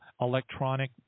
electronic